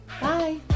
Bye